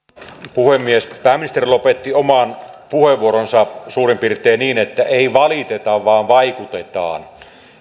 puhemies pääministeri lopetti oman puheenvuoronsa suurin piirtein niin että ei valiteta vaan vaikutetaan